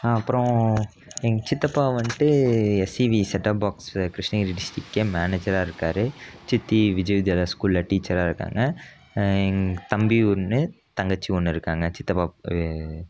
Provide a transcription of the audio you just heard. அப்புறம் எங்கள் சித்தப்பா வந்துட்டு எஸ்சிவி செட்டாப் பாக்ஸ் கிருஷ்ணகிரி டிஸ்டிரிக்ட்கே மேனேஜராயிருக்கார் சித்தி விஜயதேவா ஸ்கூலில் டீச்சராகருக்காங்க எங்கள் தம்பி ஒன்று தங்கச்சி ஒன்று இருக்காங்க சித்தப்பா